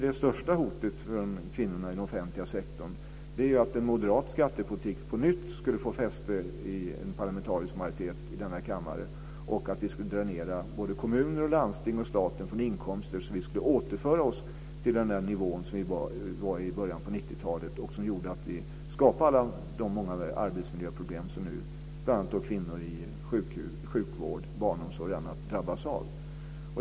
Det största hotet för kvinnorna i den offentliga sektorn är att en moderat skattepolitik på nytt skulle få fäste i en parlamentarisk majoritet i denna kammare och att vi skulle dränera både kommuner, landsting och staten från inkomster som skulle återföra oss till den nivå vi var på i början på 90-talet, som gjorde att vi skapade alla de många arbetsmiljöproblem som nu bl.a. kvinnor i sjukvård, barnomsorg och annat drabbas av.